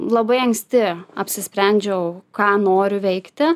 labai anksti apsisprendžiau ką noriu veikti